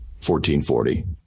1440